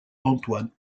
antoine